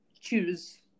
choose